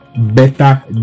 better